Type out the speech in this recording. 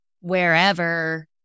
wherever